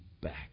back